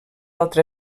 altra